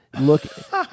look